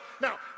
Now